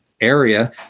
area